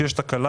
כשיש תקלה,